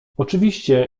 oczywiście